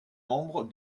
membre